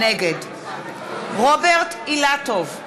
נגד רוברט אילטוב,